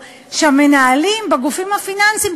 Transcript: היא שהמנהלים בגופים הפיננסיים,